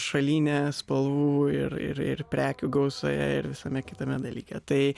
šalį ne spalvų ir ir ir prekių gausoje ir visame kitame dalyke tai